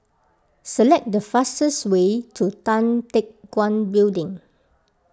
select the fastest way to Tan Teck Guan Building